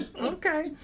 okay